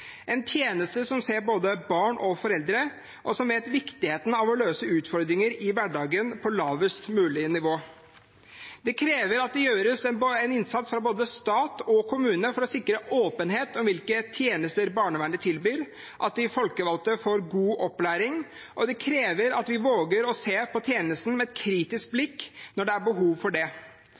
en tjeneste som ser både barn og foreldre, og som vet viktigheten av å løse utfordringer i hverdagen på lavest mulig nivå. Det krever at det gjøres en innsats fra både stat og kommune for å sikre åpenhet om hvilke tjenester barnevernet tilbyr, at de folkevalgte får god opplæring, og det krever at vi våger å se på tjenesten med et kritisk blikk når det er behov for det.